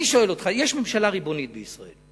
אני שואל אותך: יש ממשלה ריבונית בישראל,